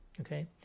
okay